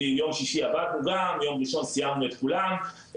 יום שישי ויום ראשון סיימנו את כולם,